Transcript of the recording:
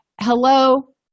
hello